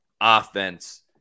offense